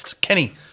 Kenny